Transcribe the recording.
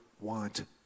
want